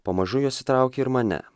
pamažu jos įsitraukė ir mane